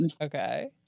okay